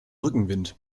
rückenwind